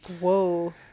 whoa